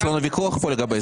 יש לנו ויכוח פה לגבי זה.